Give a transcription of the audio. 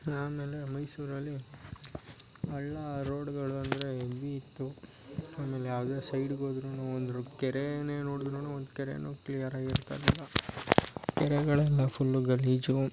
ಆಮೇಲೆ ಮೈಸೂರಲ್ಲಿ ಹಳ್ಳ ರೋಡುಗಳು ಅಂದರೆ ಎವಿ ಇತ್ತು ಆಮೇಲೆ ಯಾವುದೇ ಸೈಡಿಗೆ ಹೋದ್ರೂ ಒಂದು ಕೆರೆ ನೋಡಿದ್ರೂ ಒಂದು ಕೆರೆಯೂ ಕ್ಲಿಯರ್ ಆಗಿರ್ತಾ ಇರಲಿಲ್ಲ ಕೆರೆಗಳೆಲ್ಲ ಫುಲ್ಲು ಗಲೀಜು